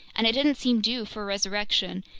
and it didn't seem due for resurrection,